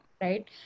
right